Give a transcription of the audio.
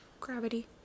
gravity